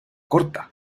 corta